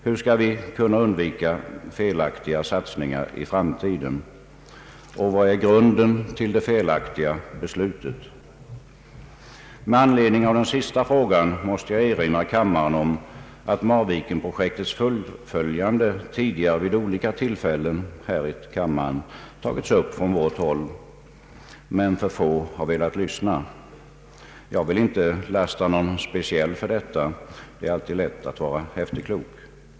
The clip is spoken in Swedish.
Hur skall vi kunna undvika felaktiga satsningar i framtiden, och vad är grunden till det felaktiga beslutet? Med anledning av den sista frågan måste jag erinra kammaren om att Marvikenprojektets fullföljande tidigare vid olika tillfällen här i kammaren tagits upp från vårt håll. Men för få har velat lyssna. Jag vill inte lasta någon speciell för detta, det är alltid lätt att vara efterklok.